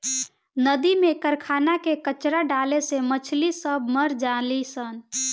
नदी में कारखाना के कचड़ा डाले से मछली सब मर जली सन